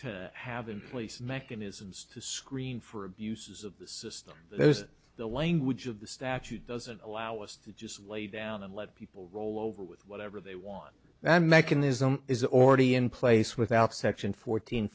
to have in place mechanisms to screen for abuses of the system those the language of the statute doesn't allow us to just lay down and let people roll over with whatever they want that mechanism is already in place without section fourteen